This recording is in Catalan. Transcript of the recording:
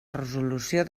resolució